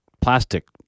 plastic